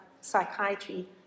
psychiatry